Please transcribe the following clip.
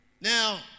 Now